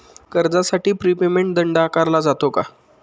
कर्जासाठी prepayment दंड आकारला जातो का?